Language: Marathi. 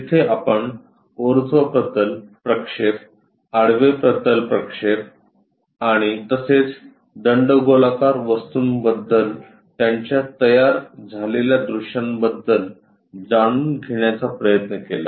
तिथे आपण ऊर्ध्व प्रतल प्रक्षेप आडवे प्रतल प्रक्षेप आणि तसेच दंडगोलाकार वस्तूंबद्दल त्यांच्या तयार झालेल्या दृश्यांबद्दल जाणून घेण्याचा प्रयत्न केला